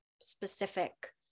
specific